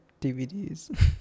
DVDs